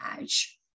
edge